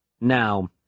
Now